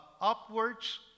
upwards